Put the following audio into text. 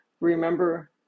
remember